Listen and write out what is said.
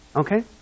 Okay